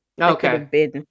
Okay